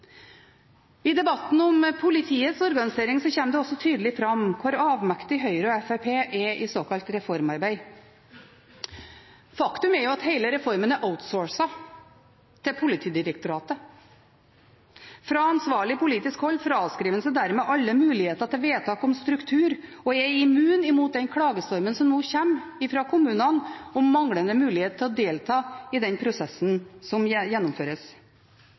I debatten om politiets organisering kommer det også tydelig fram hvor avmektige Høyre og Fremskrittspartiet er i såkalt reformarbeid. Faktum er jo at hele reformen er «outsourcet» til Politidirektoratet. Fra ansvarlig politisk hold fraskriver en seg dermed alle muligheter til vedtak om struktur og er immun mot den klagestormen som nå kommer fra kommunene, om manglende mulighet til å delta i den prosessen som gjennomføres.